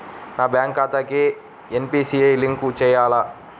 నా బ్యాంక్ ఖాతాకి NPCI link చేయాలా?